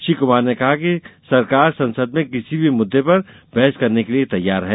श्री क्मार ने कहा कि सरकार संसद में किसी भी मुददें पर बहस करने के लिये तैयार है